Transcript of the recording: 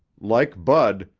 like bud,